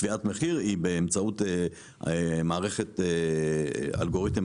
קביעת המחיר היא באמצעות מערכת אלגוריתם